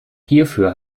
hierfür